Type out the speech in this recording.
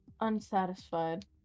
Unsatisfied